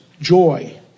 joy